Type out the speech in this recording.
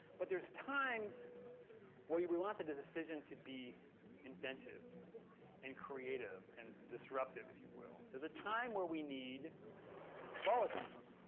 but there's times where we want the decision to be inventive and creative and disruptive if you will. there's a time where we need volatiles.